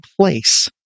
place